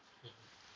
mmhmm